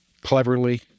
cleverly